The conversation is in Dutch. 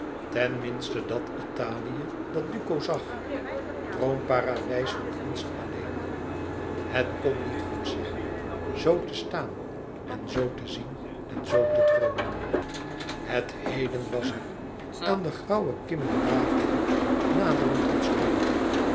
minste dàt italië dat duco zag droomparadijs van kunst alleen het kon niet goed zijn zoo te staan en zoo te zien en zoo te droomen het heden was er aan de grauwe kimmen daverde naderend een storm